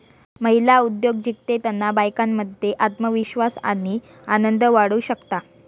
महिला उद्योजिकतेतना बायकांमध्ये आत्मविश्वास आणि आनंद वाढू शकता